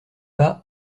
pas